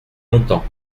longtemps